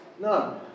No